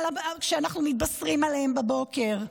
שאנחנו מתבשרים עליהם בבוקר: